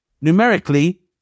numerically